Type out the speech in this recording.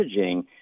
messaging